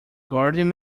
guardian